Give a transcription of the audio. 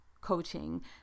coaching